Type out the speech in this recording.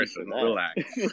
Relax